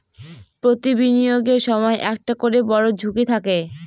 প্রতি বিনিয়োগের সময় একটা করে বড়ো ঝুঁকি থাকে